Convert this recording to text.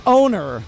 owner